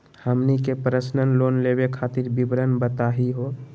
हमनी के personal loan लेवे खातीर विवरण बताही हो?